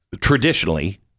traditionally